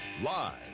Live